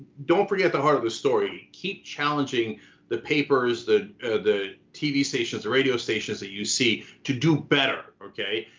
don't forget the heart of the story. keep challenging the papers, the the tv stations, the radio stations that you see to do better, okay?